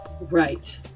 Right